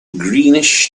greenish